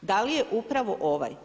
Da li je upravo ovaj?